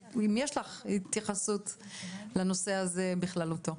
אם יש לך התייחסות לנושא הזה בכללותו.